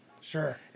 Sure